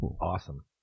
awesome